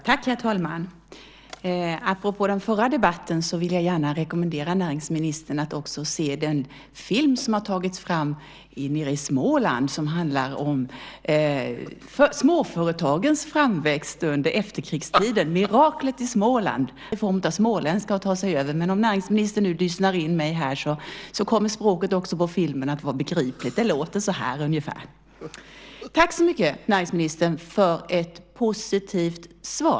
Herr talman! Apropå den förra debatten vill jag gärna rekommendera näringsministern att också se den film som har tagits fram nere i Småland och som handlar om småföretagens framväxt under efterkrigstiden, Miraklet i Småland . Rekommenderas varmt! Det finns ett hinder i form av småländska att ta sig över, men om näringsministern lyssnar in mig här så kommer språket på filmen också att vara begripligt. Tack så mycket, näringsministern, för ett positivt svar.